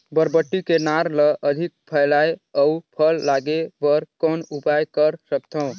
बरबट्टी के नार ल अधिक फैलाय अउ फल लागे बर कौन उपाय कर सकथव?